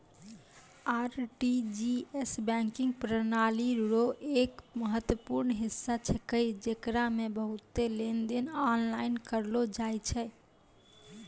RTGS banking प्रणाली रो एक महत्वपूर्ण हिस्सा छेकै जेकरा मे बहुते लेनदेन आनलाइन करलो जाय छै